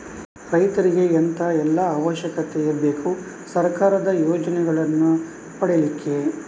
ರೈತರಿಗೆ ಎಂತ ಎಲ್ಲಾ ಅವಶ್ಯಕತೆ ಇರ್ಬೇಕು ಸರ್ಕಾರದ ಯೋಜನೆಯನ್ನು ಪಡೆಲಿಕ್ಕೆ?